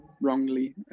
wrongly